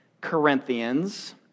Corinthians